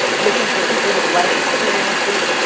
looking for people with like experiences,